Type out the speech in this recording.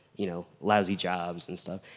you know, lousy jobs and stuff.